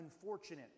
unfortunate